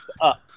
up